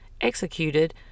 executed